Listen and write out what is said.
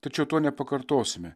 tačiau to nepakartosime